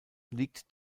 liegt